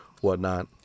whatnot